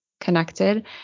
connected